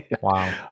Wow